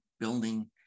building